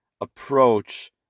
approach